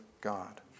God